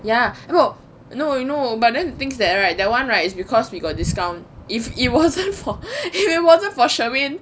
ya no no you know but then the thing is that right that one right is because we got discount if it wasn't if it wasn't for charmaine